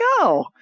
go